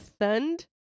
thund